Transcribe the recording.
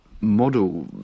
model